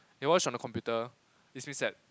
if I watch on the computer it's means that